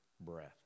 breath